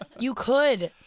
ah you could.